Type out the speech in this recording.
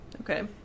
Okay